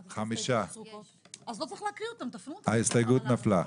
5. הצבעה לא אושר ההסתייגות נפלה.